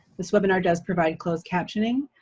this webinar does provide closed captioning.